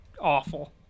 awful